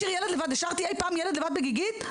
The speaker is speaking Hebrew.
השארתי אי-פעם ילד לבד בגיגית.